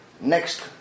next